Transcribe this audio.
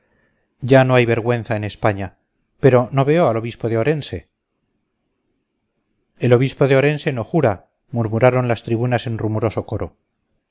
ya no hay vergüenza en españa pero no veo al obispo de orense el obispo de orense no jura murmuraron las tribunas en rumoroso coro